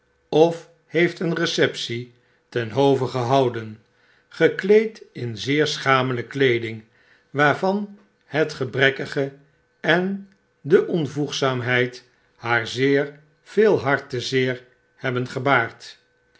of heeft een receptie ten hove gehouden gekleed in zeer schamele weeding waarvan het gebrekkige en de onvoegzaamheid haar veel hartzeer hebben gebaard